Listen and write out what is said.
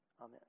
amen